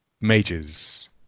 mages